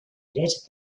led